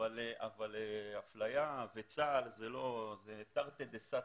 אבל אפליה וצה"ל, זה תרתי דסתרי.